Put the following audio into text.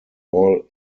all